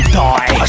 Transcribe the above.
die